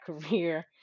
career